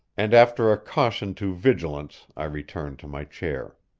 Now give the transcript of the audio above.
and after a caution to vigilance i returned to my chair.